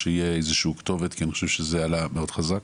שיהיה איזשהו כתובת כי אני חושב שזה עלה מאוד חזק.